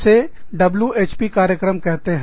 इसे WHP कार्यक्रम कहते है